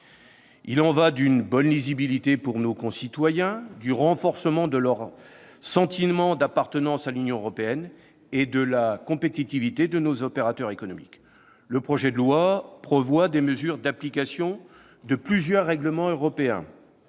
Il y va d'une bonne lisibilité pour nos concitoyens, du renforcement de leur sentiment d'appartenance à l'Union européenne et de la compétitivité de nos opérateurs économiques. Le projet de loi prévoit des mesures d'application de plusieurs règlements européens.